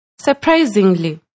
Surprisingly